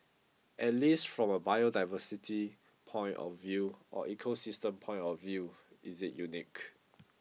at least from a biodiversity point of view or ecosystem point of view is it unique